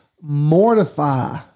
mortify